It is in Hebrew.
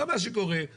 מה שקורה הוא